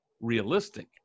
realistic